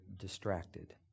distracted